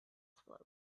float